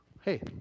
Hey